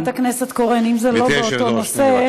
חברת הכנסת קורן, אם זה לא באותו נושא,